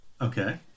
Okay